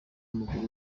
w’amaguru